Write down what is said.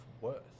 worth